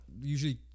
usually